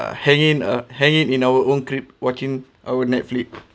hanging hanging in our own crib watching our netflix